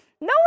no